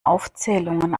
aufzählungen